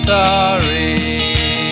sorry